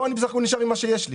פה אני בסך-הכול נשאר עם מה שיש לי.